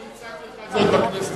אני הצעתי זאת בכנסת,